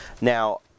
Now